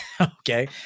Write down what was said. Okay